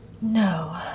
No